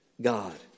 God